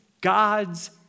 God's